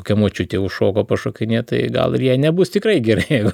kokia močiutė užšoko pašokinėt tai gal ir jai nebus tikrai gerai